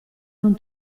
non